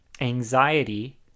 anxiety